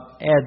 add